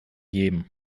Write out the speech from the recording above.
jedem